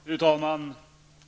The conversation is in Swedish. Fru talman!